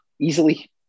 Easily